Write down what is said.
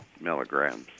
milligrams